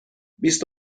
بیست